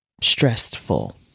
stressful